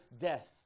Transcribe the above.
death